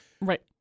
Right